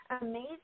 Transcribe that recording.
amazing